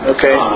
Okay